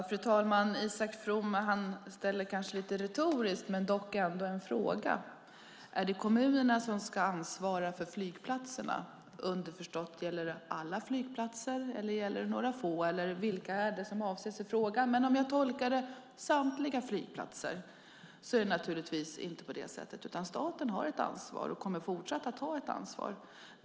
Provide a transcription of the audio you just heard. Fru talman! Isak From ställer en visserligen retorisk men ändå fråga: Är det kommunerna som ska ansvara för flygplatserna? Gäller det alla flygplatser eller några få och vilka avses? Om jag tolkar frågan som att det gäller samtliga flygplatser är det naturligtvis inte så. Staten har ett ansvar och kommer att fortsätta att ha det.